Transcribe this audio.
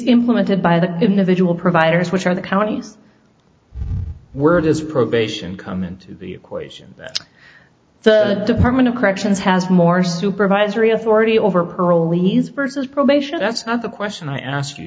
implemented by the individual providers which are the counties were it is probation come into the equation that the department of corrections has more supervisory authority over parolees versus probation that's not the question i ask you